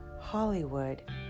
Hollywood